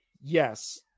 Yes